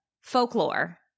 folklore